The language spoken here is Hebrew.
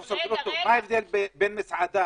רגילה, פרופ' גרוטו, לבין מסעדה